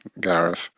Gareth